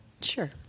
sure